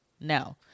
No